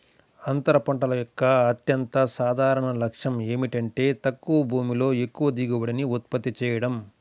అంతర పంటల యొక్క అత్యంత సాధారణ లక్ష్యం ఏమిటంటే తక్కువ భూమిలో ఎక్కువ దిగుబడిని ఉత్పత్తి చేయడం